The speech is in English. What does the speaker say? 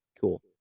Cool